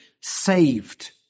saved